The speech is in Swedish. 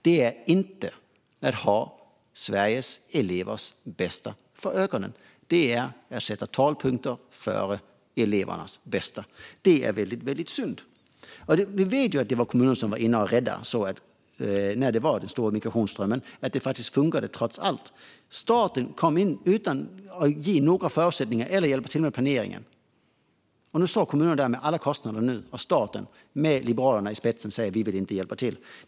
Det är inte att ha Sveriges elevers bästa för ögonen. Det är att sätta talepunkter före elevernas bästa, och det är väldigt synd. Vi vet att det var kommunerna som under den stora migrationsströmmen var inne och räddade situationen så att det faktiskt funkade trots allt. Staten kom in utan att ge några förutsättningar eller hjälpa till med planeringen. Nu står kommunerna där med alla kostnader, och staten med Liberalerna i spetsen säger: Vi vill inte hjälpa till.